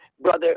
Brother